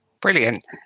Brilliant